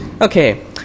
Okay